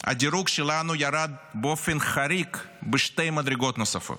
הדירוג שלנו ירד באופן חריג בשתי מדרגות נוספות.